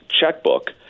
checkbook